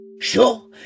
Sure